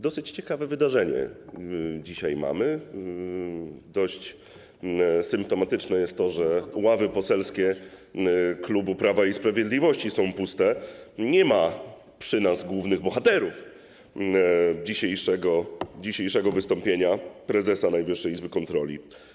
Dosyć ciekawe wydarzenie dzisiaj mamy - dość symptomatyczne jest to, że ławy poselskie klubu Prawa i Sprawiedliwości są puste, nie ma przy nas głównych bohaterów dzisiejszego wystąpienia prezesa Najwyższej Izby Kontroli.